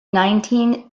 nineteen